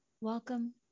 Welcome